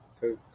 cause